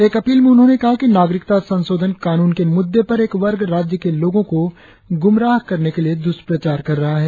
एक अपील में उन्होंने कहा कि नागरिकता संशोधन कानून के मुद्दे पर एक वर्ग राज्य के लोगो को गुमराह करने के लिए दुष्प्रचार कर रहा है